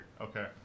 Okay